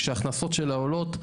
כשההכנסות שלה עולות,